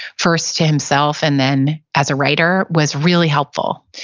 first to himself and then as a writer, was really helpful.